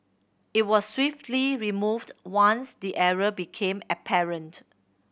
it was swiftly removed once the error became apparent